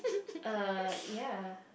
err ya